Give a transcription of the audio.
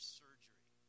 surgery